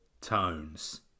tones